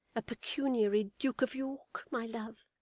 a pecuniary duke of york, my love,